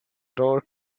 door